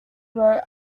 wrote